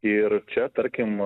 ir čia tarkim